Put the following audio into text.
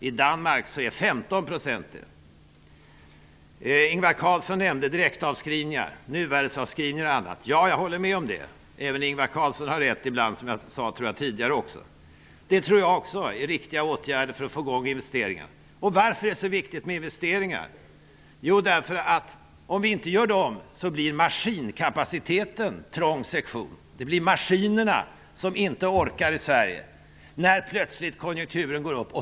I Danmark är motsvarande andel 15 %. Ingvar Carlsson nämnde direktavskrivningar, nuvärdesavskrivningar och annat. Ja, jag håller med honom. Även Ingvar Carlsson har rätt ibland, som jag tidigare sade. Det är riktiga åtgärder för att få i gång investeringarna. Varför är investeringarna så viktiga? Jo, annars blir maskinkapaciteten en trång sektion. Maskinerna orkar inte, när konjunkturen plötsligt går upp.